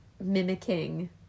mimicking